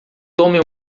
tome